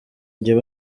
igihe